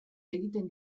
egiten